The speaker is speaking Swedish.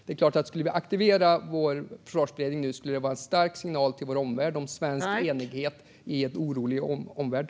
Om vi skulle aktivera vår försvarsberedning nu skulle det vara en stark signal till vår omvärld om svensk enighet i en orolig omvärld.